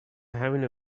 همینو